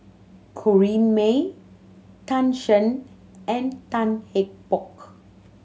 Corrinne May Tan Shen and Tan Eng Bock